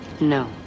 No